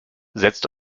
setzt